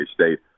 State